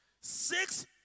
six